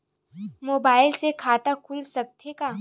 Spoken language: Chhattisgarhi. मुबाइल से खाता खुल सकथे का?